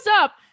up